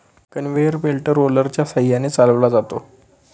conveyor belt रोलरच्या सहाय्याने चालवला जातो